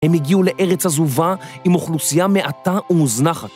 הם הגיעו לארץ עזובה עם אוכלוסייה מעטה ומוזנחת.